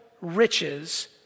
riches